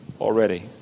already